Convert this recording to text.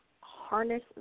harness